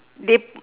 they